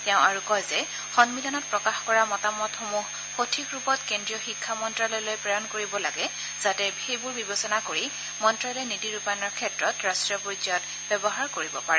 তেওঁ আৰু কয় যে সম্মিলনত প্ৰকাশ কৰা মতামতসমূহ সঠিক ৰূপত কেস্ৰীয় শিক্ষা মন্ত্যালয়লৈ প্ৰেৰণ কৰিব লাগে যাতে সেইবোৰ বিবেচনা কৰি মন্ত্যালয়ে নীতি ৰূপায়ণৰ ক্ষেত্ৰত ৰাষ্টীয় পৰ্যায়ত ব্যৱহাৰ কৰিব পাৰে